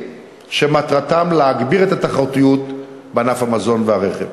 שמטרתם להגביר את התחרותיות בענף המזון והרכב.